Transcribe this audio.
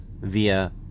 via